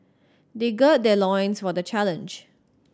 they gird their loins for the challenge